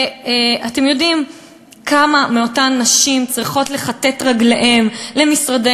אתם יודעים כמה מאותן נשים צריכות לכתת רגליהן למשרדי